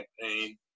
campaign